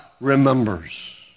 remembers